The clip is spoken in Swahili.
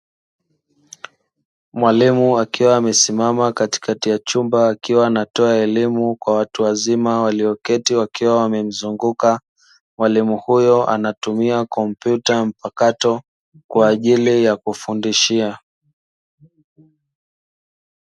Mwalimu akiwa amesimama katikati ya chumba akiwa anatoa elimu kwa watu wazima walioketi wakiwa wamemzunguka. Mwalimu huyo anatumia kompyuta mpakato kwa ajili ya kufundishia.